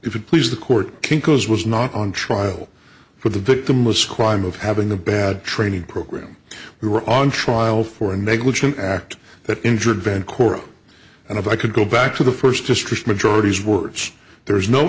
you please the court kinko's was not on trial for the victimless crime of having a bad training program we were on trial for a negligent act that injured van choro and if i could go back to the first district majority's words there is no